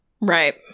Right